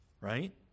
right